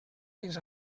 fins